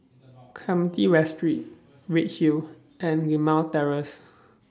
Clementi West Street Redhill and Limau Terrace